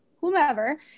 whomever